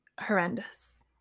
horrendous